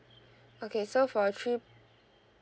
okay so for a three